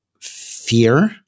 fear